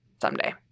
someday